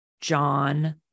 John